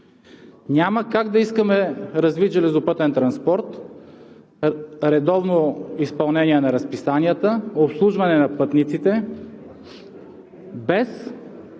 Няма как да искаме развит железопътен транспорт, редовно изпълнение на разписанията, обслужване на пътниците, без